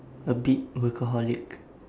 a bit workaholic